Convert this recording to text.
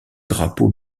drapeau